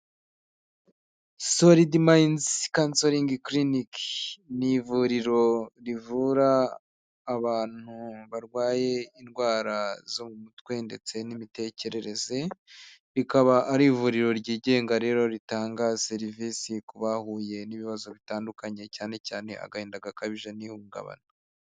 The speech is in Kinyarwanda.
Soldimanins canceling clinic ni ivuriro rivura abantu barwaye indwara zo mu mutwe ndetse n'imitekerereze. Rikaba ari ivuriro ryigenga rero ritanga serivisi ku bahuye n'ibibazo bitandukanye cyane cyane agahinda gakabije n'ihungabana.